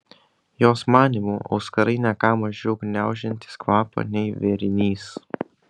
jos manymu auskarai ne ką mažiau gniaužiantys kvapą nei vėrinys